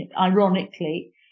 ironically